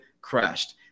crashed